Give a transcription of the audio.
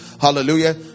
hallelujah